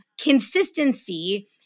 Consistency